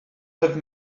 have